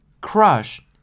Crush